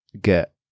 get